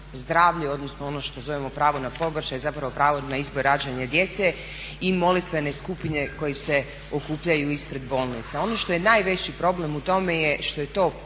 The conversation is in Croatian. zdravlje ono što zovemo pravo na pobačaj zapravo pravo na izbor rađanja djece i molitvene skupine koje se okupljaju ispred bolnica. Ono što je najveći problem u tome je što je to